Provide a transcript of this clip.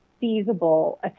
feasible